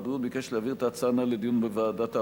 הרווחה והבריאות ביקש להעביר את ההצעה הנ"ל לדיון בוועדת העבודה,